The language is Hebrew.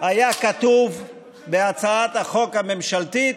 היה כתוב בהצעת החוק הממשלתית.